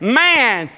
man